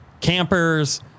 campers